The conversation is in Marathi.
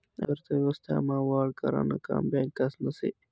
अर्थव्यवस्था मा वाढ करानं काम बॅकासनं से